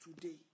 today